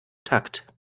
takt